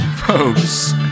Folks